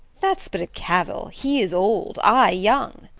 that's but a cavil he is old, i young.